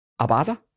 Abada